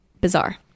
bizarre